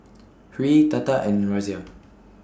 Hri Tata and Razia